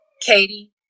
katie